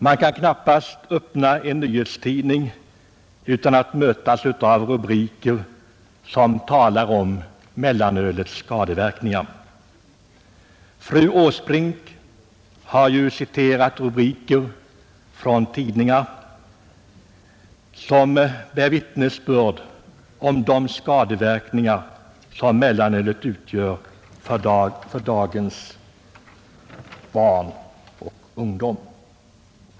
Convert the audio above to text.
Man kan knappast öppna en nyhetstidning utan att mötas av rubriker som talar om mellanölets skadeverkningar. Fru Åsbrink har citerat rubriker från tidningar, som bär vittnesbörd om de skadeverkningar mellanölet medför för dagens barn och ungdom.